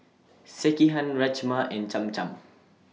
Sekihan Rajma and Cham Cham